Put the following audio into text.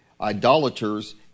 idolaters